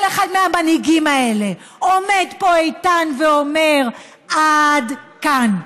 כל אחד מהמנהיגים האלה עומד פה איתן ואומר: עד כאן.